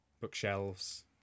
bookshelves